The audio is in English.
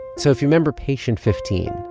so if you remember patient fifteen,